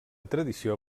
tradició